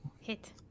hit